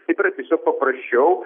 taip yra tiesiog paprasčiau